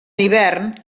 hivern